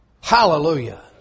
Hallelujah